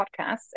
podcasts